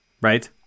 Right